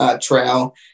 trail